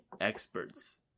experts